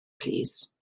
plîs